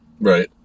Right